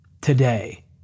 today